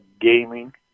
gaming